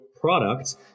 product